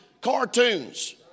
cartoons